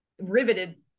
riveted